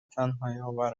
تنهاییآور